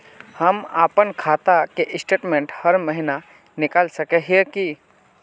हम अपना खाता के स्टेटमेंट हर महीना निकल सके है की?